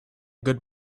good